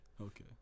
Okay